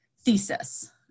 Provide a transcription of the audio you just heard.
thesis